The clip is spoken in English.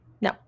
No